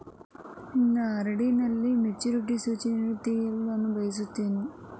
ನನ್ನ ಆರ್.ಡಿ ಯಲ್ಲಿನ ಮೆಚುರಿಟಿ ಸೂಚನೆಯನ್ನು ತಿಳಿಯಲು ನಾನು ಬಯಸುತ್ತೇನೆ